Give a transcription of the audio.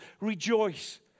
rejoice